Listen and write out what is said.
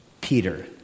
Peter